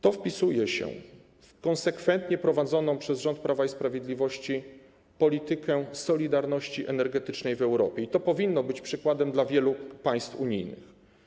To wpisuje się w konsekwentnie prowadzoną przez rząd Prawa i Sprawiedliwości politykę solidarności energetycznej w Europie i to powinno być przykładem dla wielu państw unijnych.